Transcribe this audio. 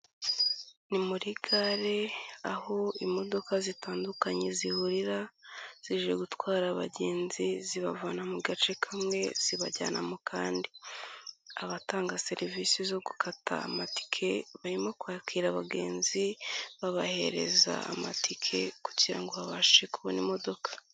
Ni muri gare aho imodoka zitandukanye zihurira zije gutwara abagenzi zibavana mu gace kamwe zibajyana mu kandi. Abatanga serivisi zo gukata amatike barimo kwakira abagenzi, babahereza amatike kugira ngo babashe kubona imodoka.